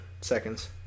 seconds